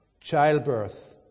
childbirth